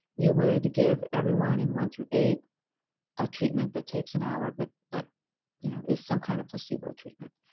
you would give everyone in one through eight a treatment that takes an hour but that but you know is some kind of placebo treatment.